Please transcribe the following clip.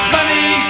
Money